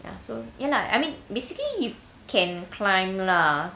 ya so ya lah I mean basically you can climb lah